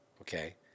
okay